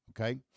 Okay